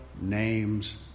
name's